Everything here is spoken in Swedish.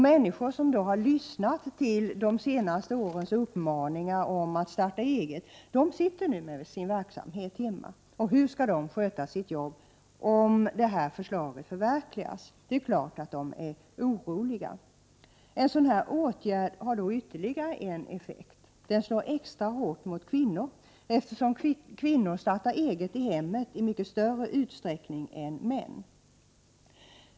Människor som har lyssnat till de senaste årens uppmaningar om att starta eget har nu sin verksamhet hemma. Hur skall de sköta sitt jobb om detta förslag förverkligas? Det är klart att de är oroliga. En åtgärd av detta slag har ytterligare en effekt. Den slår extra hårt mot kvinnor, eftersom kvinnor startar eget i hemmet i mycket större utsträckning än män.